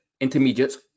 intermediates